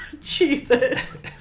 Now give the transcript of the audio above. Jesus